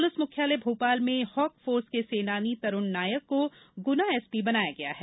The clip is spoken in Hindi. पुलिस मुख्यालय भोपाल में हॉक फोर्स के सेनानी तरुण नायक को गुना एसपी बनाया गया है